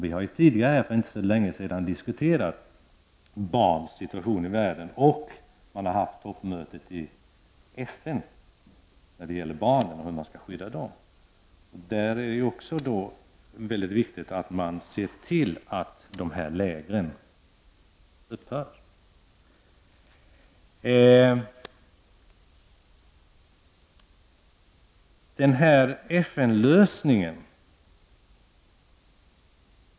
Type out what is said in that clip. Vi har ju tidigare för inte så länge sedan diskuterat barns situation i världen och det har varit ett toppmöte i FN om barn och hur man skall skydda dem. Det är angeläget att se till att dessa läger upphör att existera.